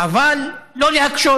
אבל לא להקשות.